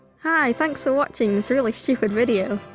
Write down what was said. hi, thanks for watching this really stupid video,